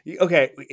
okay